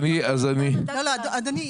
אדוני,